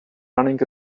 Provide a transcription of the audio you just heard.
running